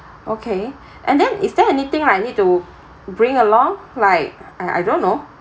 okay and then is there anything I need to bring along like uh I don't know